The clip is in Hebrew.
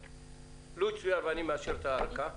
לו יצויר שאני מאשר את הארכה,